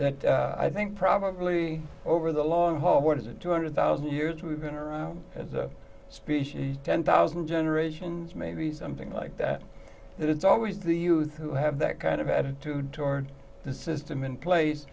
mind i think probably over the long haul what is it two hundred thousand years we've been around as a species ten thousand generations maybe something like that it's always the youth who have that kind of attitude toward the system in place